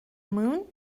moon